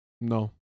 No